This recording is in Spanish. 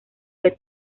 fue